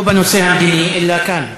לא בנושא המדיני אלא כאן.